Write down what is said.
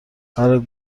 برا